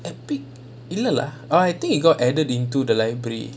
epic இல்ல:illa lah oh I think it got added into the library